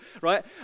right